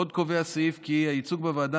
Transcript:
עוד קובע הסעיף כי "הייצוג בוועדה